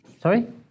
Sorry